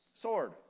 sword